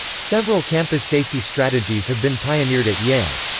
several campus safety strategies have been pioneered at yale.